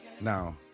Now